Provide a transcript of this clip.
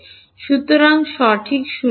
সুতরাং সঠিক 0